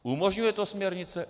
Umožňuje to směrnice?